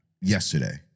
Yesterday